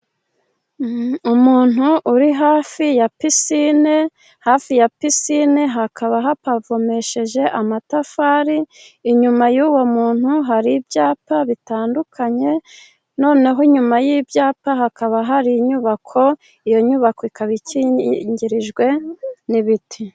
Umuntu uri hafi ya pisine, hafi ya pisine hakaba hapavomesheje amatafari. Inyuma y'uwo muntu hari ibyapa bitandukanye, noneho nyuma y'ibyapa hakaba hari inyubako, iyo nyubako ikaba ikingirijwe n'ibiti.